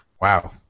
Wow